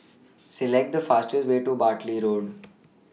Select The fastest Way to Bartley Road